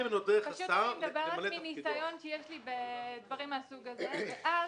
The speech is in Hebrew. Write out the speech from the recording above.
אני מדברת מניסיון שיש לי בדברים מהסוג הזה ואז,